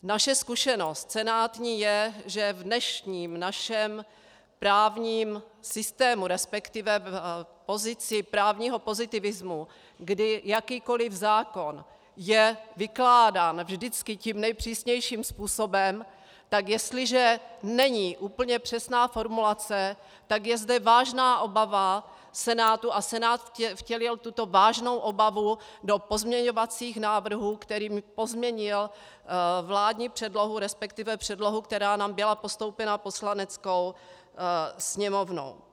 Naše zkušenost senátní je, že v dnešním našem správním systému, resp. v pozici právního pozitivismu, kdy jakýkoliv zákon je vykládán vždycky tím nejpřísnějším způsobem, tak jestliže není úplně přesná formulace, tak je zde vážná obava Senátu a Senát vtělil tuto vážnou obavu do pozměňovacích návrhů, kterými pozměnil vládní předlohu, resp. předlohu, která nám byla postoupena Poslaneckou sněmovnou.